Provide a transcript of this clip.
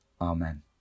Amen